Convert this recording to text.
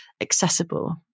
accessible